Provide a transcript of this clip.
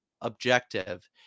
objective